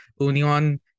Union